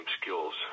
skills